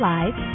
Live